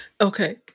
Okay